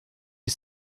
you